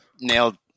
nailed